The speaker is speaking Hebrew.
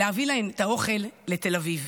להביא להן את האוכל לתל אביב.